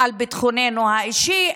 על ביטחוננו האישי,